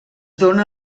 dóna